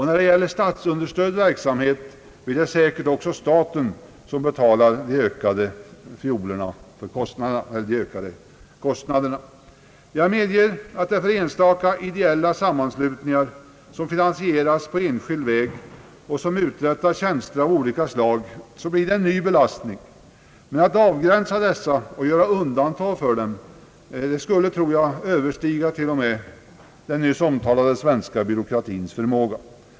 När det gäller statsunderstödd verksamhet blir det säkert också staten som får stå för de ökade kostnaderna. Jag medger att för enstaka ideella sammanslutningar, som finansieras på enskild väg och som uträttar tjänster av olika slag, blir det en ny belastning. Men att avgränsa dessa och göra undantag för dem skulle, tror jag, överstiga t.o.m. den nyss omtalade svenska byråkratins förmåga.